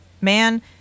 man